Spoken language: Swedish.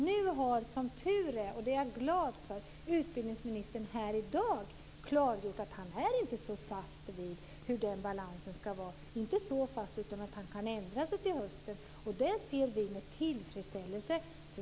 Nu har som tur är, och det är jag glad för, utbildningsministern här i dag klargjort att han inte är mer fast i fråga om hur denna balans ska vara än att han kan ändra sig till hösten. Detta ser vi med tillfredsställelse.